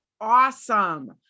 awesome